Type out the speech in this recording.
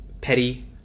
petty